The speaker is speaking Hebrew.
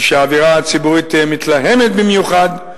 ושהאווירה הציבורית תהיה מתלהמת במיוחד,